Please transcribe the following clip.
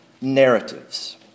narratives